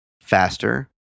faster